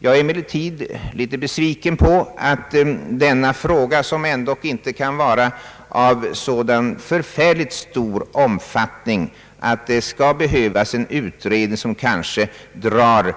Jag är emellertid besviken över att det för denna fråga, som ändå inte kan vara av så förfärligt stor omfattning, skall behövas en utredning, som kanske tar